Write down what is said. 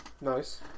Nice